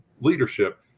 leadership